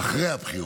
אחרי הבחירות,